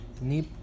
Nip